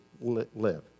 live